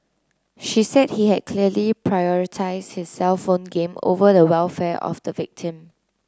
she said he had clearly prioritised his cellphone game over the welfare of the victim